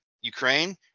Ukraine